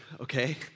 okay